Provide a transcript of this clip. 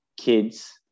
kids